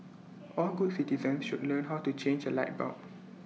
all good citizens should learn how to change A light bulb